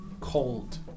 cold